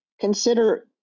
consider